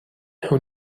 who